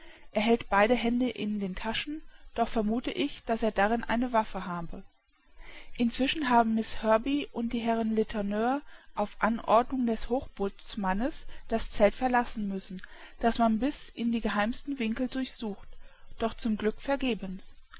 er hält beide hände in den taschen doch vermuthe ich daß er darin eine waffe habe inzwischen haben miß herbey und die herren letourneur auf anordnung des hochbootsmannes das zelt verlassen müssen das man bis in die geheimsten winkel durchsucht doch zum glück vergebens